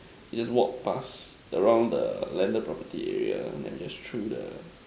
we just walk past around the landed property area and just through the